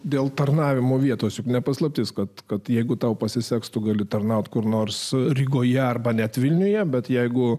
dėl tarnavimo vietos juk ne paslaptis kad kad jeigu tau pasiseks tu gali tarnauti kur nors rygoje arba net vilniuje bet jeigu